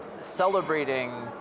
celebrating